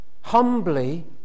humbly